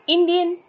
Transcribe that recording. Indian